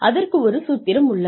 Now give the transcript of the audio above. அதற்கு ஒரு சூத்திரம் உள்ளது